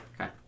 Okay